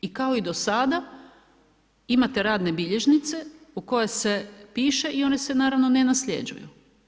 I kao i do sada imate radne bilježnice u koje se piše i one se naravno ne nasljeđuju.